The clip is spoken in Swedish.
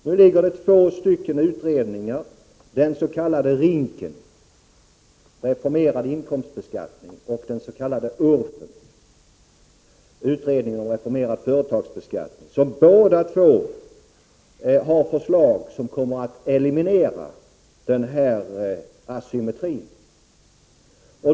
Nu föreligger två utredningar, RINK, reformerad inkomstbeskattning, URF, utredningen om reformerad företagsbeskattning, som båda två har förslag som kommer att eliminera den här asymmetrin.